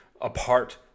apart